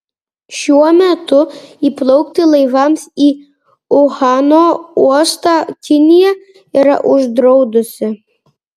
šiuo metu įplaukti laivams į uhano uostą kinija yra uždraudusi